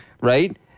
right